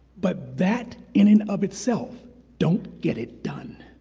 but that in and of itself don't get it done.